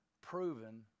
proven